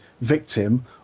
victim